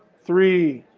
three.